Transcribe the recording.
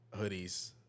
hoodies